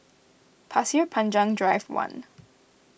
Pasir Panjang Drive one